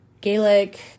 Gaelic